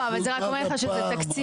לא, אבל זה רק אומר לך שזה תקציבי.